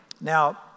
Now